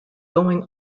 going